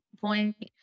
point